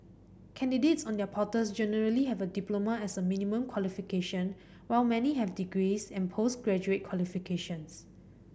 candidates on their portals generally have a diploma as a minimum qualification while many have degrees and post graduate qualifications